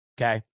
okay